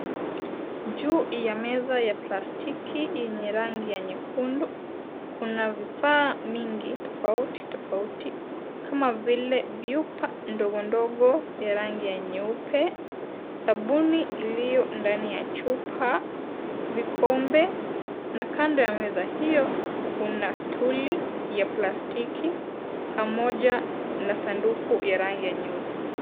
Juu ya meza ya plastiki yenye rangi ya nyekundu, kuna vifaa mingi tofautitofauti kama vile vyupa ndogondogo ya rangi ya nyeupe sabuni iliyo ndani ya chupa, vikombe, na kando ya meza hiyo kuna stuli ya plastiki pamoja na sanduku ya rangi ya nyeusi.